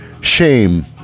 shame